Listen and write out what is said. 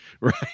Right